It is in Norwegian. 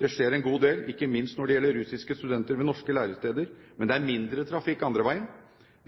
Det skjer en god del, ikke minst når det gjelder russiske studenter ved norske læresteder, men det er mindre trafikk den andre veien.